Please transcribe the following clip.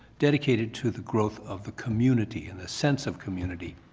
dedicated to the growth of the community and the sense of community.